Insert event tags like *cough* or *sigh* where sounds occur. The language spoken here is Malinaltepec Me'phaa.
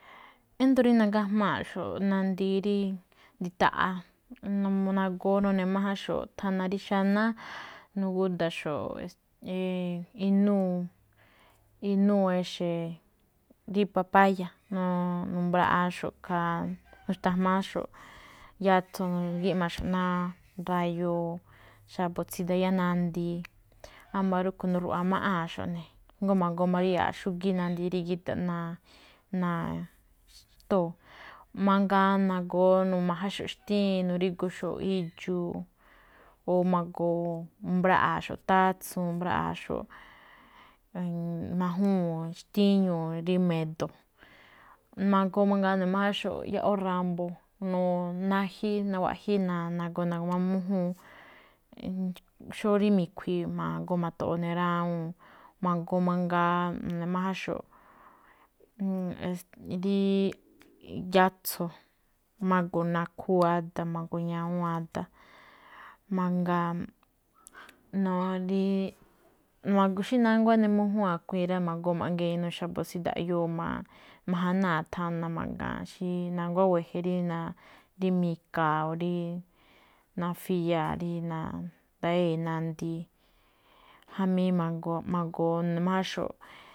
Endo̱ rí nangájmáa̱xo̱ꞌ nandi rí ndita̱ꞌa̱, nagoo no̱ne̱ májánxo̱ꞌ thana rí xanáá. Nu̱gúdaxo̱ꞌ *hesitation* *hesitation* inúu exe̱, rí papálla̱, *hesitation* nu̱mbraꞌááxo̱ꞌ ikhaa nu̱xta̱jmááxo̱ꞌ, yaso̱ nu̱gíꞌmaxo̱ꞌ náá rayoo̱, xa̱bo̱ tsí ndayá nandi. Wámba̱ rúꞌkhue̱n nu̱ru̱ꞌwa̱ maꞌáanxo̱ꞌ jngó ma̱goo maríya̱a̱ꞌ xúxíí nandi rí gíꞌda̱ náa ná xtóo̱. Mangaa magoo nu̱rma̱janxo̱ꞌ xtíin, nu̱ríguxo̱ꞌ idxu̱u̱. O magoo nu̱mbraꞌáaxo̱ꞌ xtáso̱n, nu̱mbraꞌaa̱xo̱ꞌ, *hesitation* najúwúun xtíñuu̱ rí me̱do̱. Magoo mangaa nu̱ne̱ májánxo̱ꞌ ya̱ꞌo̱ ra̱mbo̱, nawaꞌjíi̱ *hesitation* nagoo na̱gu̱ma mújúun, xó rí mi̱khui̱i̱ ma̱goo mato̱ꞌo̱ rawuu̱n ne. Ma̱goo mangaa, nu̱ne̱ májánxo̱ꞌ, *hesitation* rí yatso̱, mago̱ nakhúu ada̱, mago̱ ñawúun ada̱. Mangaa *hesitation* rí xí nánguá eꞌne mújúun a̱kui̱i̱n rá. Ma̱goo ma̱ꞌgee̱ inuu xa̱bo̱ tsí ndaꞌyoo majanáa̱ thana ma̱ga̱a̱n xí na̱nguá wéje̱ rí *hesitation* mikaa̱, o rí nafiyaa̱ rí ndayée̱ nandi jamí magoo magoo mu̱ne̱ máján xo̱ꞌ.